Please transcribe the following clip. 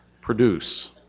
produce